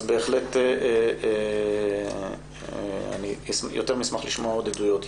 אז בהחלט יותר מאשר אשמח לשמוע עוד עדויות.